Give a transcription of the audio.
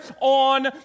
on